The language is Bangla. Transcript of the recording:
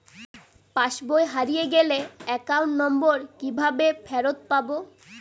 পাসবই হারিয়ে গেলে অ্যাকাউন্ট নম্বর কিভাবে ফেরত পাব?